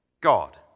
God